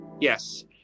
yes